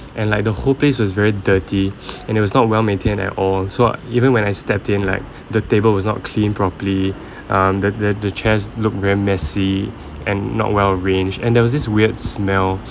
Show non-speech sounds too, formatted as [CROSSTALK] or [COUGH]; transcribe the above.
and like the whole place was very dirty [BREATH] and it was not well-maintained at all so even when I stepped in like the table was not cleaned properly um the the the chairs looked very messy and not well-arranged and there was this weird smell